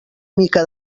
mica